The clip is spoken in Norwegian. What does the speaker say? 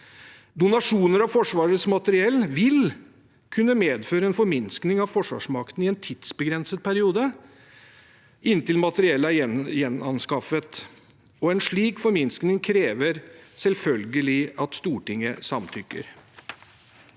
Donasjoner av Forsvarets materiell vil kunne medføre en forminskning av forsvarsmakten i en tidsbegrenset periode inntil materiellet er gjenanskaffet. En slik forminskning krever selvfølgelig at Stortinget samtykker.